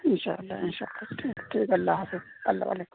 ان شاء اللہ ان شاء اللہ ٹھیک ہے ٹھیک ہے اللہ حافظ اللہ وعلیکم السّلام